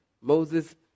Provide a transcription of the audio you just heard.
Moses